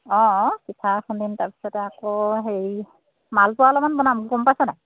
অঁ অঁ পিঠা খুন্দিম তাৰপিছতে আকৌ হেৰি মালপোৱা অলপমান বনাম গম পাইছনে